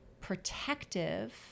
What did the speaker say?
protective